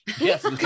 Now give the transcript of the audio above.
yes